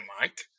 mike